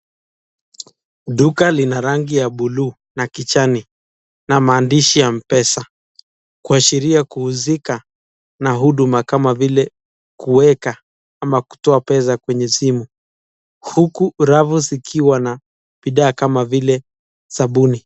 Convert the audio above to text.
Duka lina rangi ya buluu na kijani na maandishi ya Mpesa kushiria kuhusika na huduma kama vile kuweka ama kutoa pesa kwenye simu huku rafu zikiwa na bidhaa kama vile sabuni.